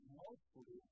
mostly